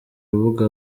rubuga